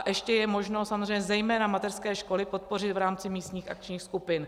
A ještě je možno samozřejmě zejména mateřské školy podpořit v rámci místních akčních skupin.